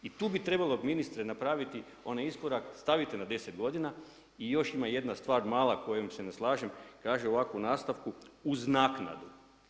I tu bi trebalo ministre napraviti onaj iskorak, staviti na 10 godina i još ima jedna stvar kojom se ne slažem, kaže ovako u nastavku, uz naknadu.